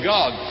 God